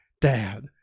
Dad